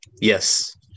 yes